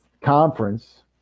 conference